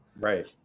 right